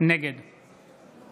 נגד